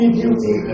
beauty